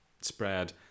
spread